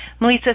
Melissa